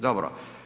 Dobro.